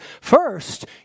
first